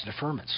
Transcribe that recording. deferments